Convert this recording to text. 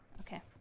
Okay